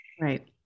right